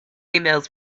emails